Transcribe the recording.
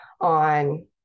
on